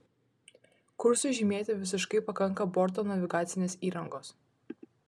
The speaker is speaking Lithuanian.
kursui žymėti visiškai pakanka borto navigacinės įrangos